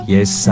Yes